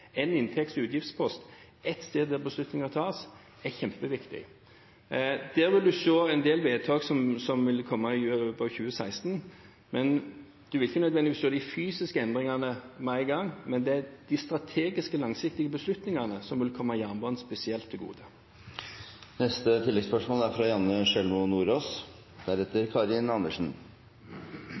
inntekts- og utgiftspost, ett sted der beslutninger tas. Det er kjempeviktig. En vil se en del vedtak komme i løpet i 2016, men en vil ikke nødvendigvis se de fysiske endringene med en gang. Det er de strategiske, langsiktige beslutningene som vil komme jernbanen spesielt til gode. Janne Sjelmo Nordås – til oppfølgingsspørsmål. Hastighet på jernbanestrekninger er